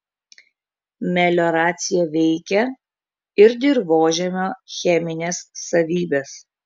melioracija veikia ir dirvožemio chemines savybes